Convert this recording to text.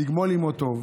תגמול עימו טוב.